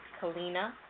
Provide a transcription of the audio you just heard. Kalina